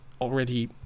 already